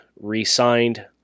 re-signed